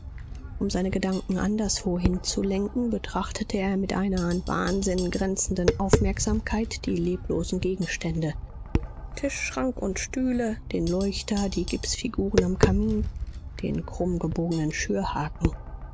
um seine gedanken anderswo hinzulenken betrachtete er mit einer an wahnsinn grenzenden aufmerksamkeit die leblosen gegenstände tisch schrank und stühle den leuchter die gipsfiguren am kamin den krummgebogenen